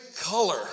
color